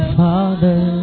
father